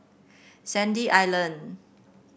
Sandy Island